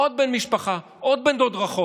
עוד בן משפחה, עוד בן דוד רחוק,